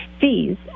fees